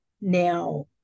now